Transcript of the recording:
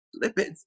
Lipids